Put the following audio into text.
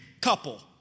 couple